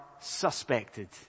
suspected